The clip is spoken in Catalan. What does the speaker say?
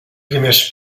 primers